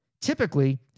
Typically